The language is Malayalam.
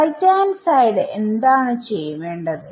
RHS എന്താണ് വേണ്ടത്